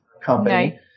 company